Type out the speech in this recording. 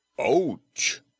Ouch